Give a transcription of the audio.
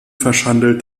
verschandelt